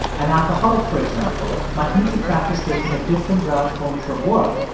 an alcoholic, for example, might need to practice taking a different route home from work,